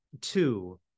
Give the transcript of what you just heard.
two